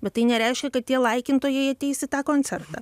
bet tai nereiškia kad tie laikintojai ateis į tą koncertą